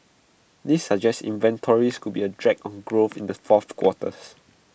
this suggests inventories could be A drag on growth in the fourth quarters